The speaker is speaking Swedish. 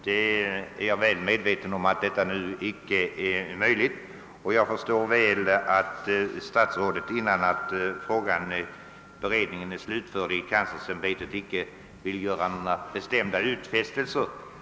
Jag är väl medveten om att detta nu icke är möjligt, och jag förstår att statsrådet innan beredningen är slutförd icke vill göra några bestämda utfästelser.